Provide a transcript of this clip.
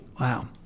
Wow